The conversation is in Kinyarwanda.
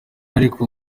ariko